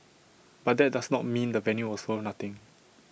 but that does not mean the venue was worth nothing